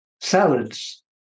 Salads